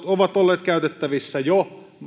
ovat olleet käytettävissä jo